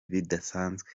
bidasanzwe